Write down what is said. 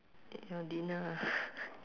your dinner ah